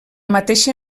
mateixa